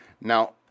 Now